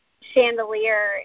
chandelier